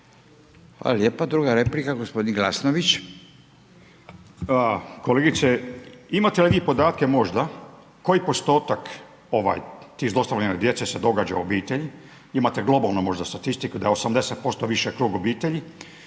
Hvala lijepa. Druga replika gospodin Glasnović. **Glasnović, Željko (Nezavisni)** Kolegice imate li vi podatke možda koji postotak tih zlostavljanja djece se događa u obitelji? Imate globalno možda statistiku da je 80% više krug obitelji,